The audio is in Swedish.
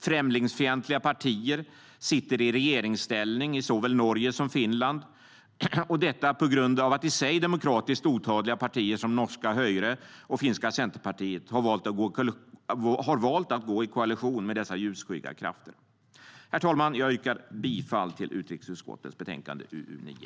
Främlingsfientliga partier sitter i regeringsställning i såväl Norge som Finland och detta på grund av att i sig demokratiskt otadliga partier som norska Höyre och finska Centerpartiet har valt att gå i koalition med dessa ljusskygga krafter. Herr talman! Jag yrkar bifall till förslaget i utrikesutskottets betänkande UU9.